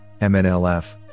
MNLF